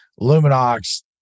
luminox